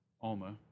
Alma